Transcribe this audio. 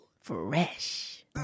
Fresh